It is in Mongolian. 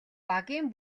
багийн